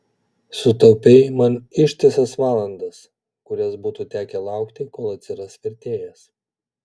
sutaupei man ištisas valandas kurias būtų tekę laukti kol atsiras vertėjas